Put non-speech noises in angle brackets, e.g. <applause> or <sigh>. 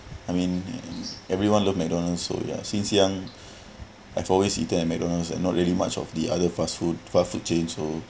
I mean everyone love McDonald's so ya since young <breath> I've always eaten McDonald's and not really much of the other fast food fast food chain so